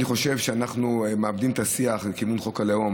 אני חושב שאנחנו מאבדים את השיח לקידום חוק הלאום,